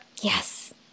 Yes